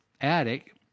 attic